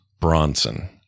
Bronson